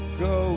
go